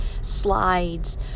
slides